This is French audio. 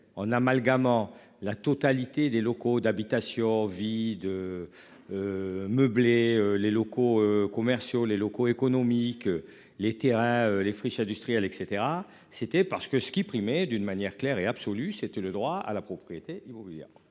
en amalgamant la totalité des locaux d'habitation. De. Meubler les locaux commerciaux, les locaux économique. Les terrains les friches industrielles et cetera c'était parce que ce qui prime et d'une manière claire et absolue c'était le droit à la propriété, ils